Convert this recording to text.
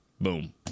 boom